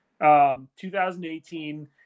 2018